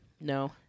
No